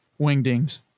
wingdings